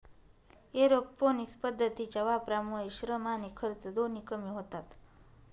aeroponics पद्धतीच्या वापरामुळे श्रम आणि खर्च दोन्ही कमी होतात